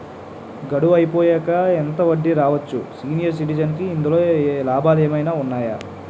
గడువు అయిపోయాక ఎంత వడ్డీ రావచ్చు? సీనియర్ సిటిజెన్ కి ఇందులో లాభాలు ఏమైనా ఉన్నాయా?